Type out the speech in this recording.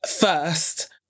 first